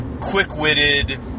quick-witted